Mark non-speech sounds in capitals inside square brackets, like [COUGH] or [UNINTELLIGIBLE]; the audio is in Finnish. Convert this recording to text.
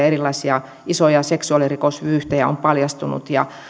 [UNINTELLIGIBLE] erilaisia isoja seksuaalirikosvyyhtejä on paljastunut ja